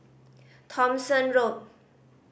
Thomson Road